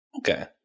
Okay